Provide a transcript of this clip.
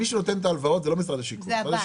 מי שנותן את ההלוואות זה לא משרד השיכון.